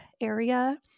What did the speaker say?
area